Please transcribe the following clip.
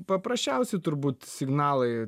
paprasčiausi turbūt signalai